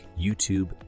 YouTube